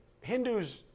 Hindus